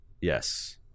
Yes